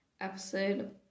episode